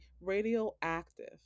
radioactive